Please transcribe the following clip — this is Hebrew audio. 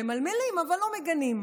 ממלמלים אבל לא מגנים.